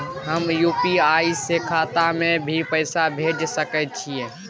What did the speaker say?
हम यु.पी.आई से खाता में भी पैसा भेज सके छियै?